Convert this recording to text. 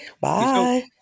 Bye